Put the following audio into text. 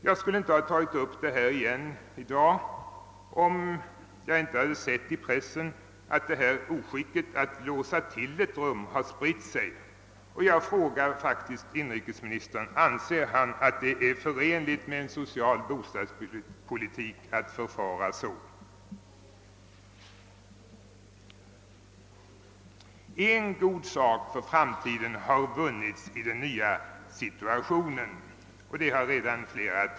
— Jag skulle inte ha tagit upp saken i dag igen, om jag inte i pressen hade sett att oskicket att på detta sätt låsa igen ett rum hade spritt sig. Jag frågar inrikesministern: Anser inrikesministern att det är förenligt med en social bostadspolitik att förfara så? En god sak för framtiden har vunnits i den nya situationen — flera talare har redan.